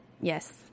yes